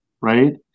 right